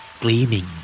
Gleaming